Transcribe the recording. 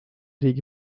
riigi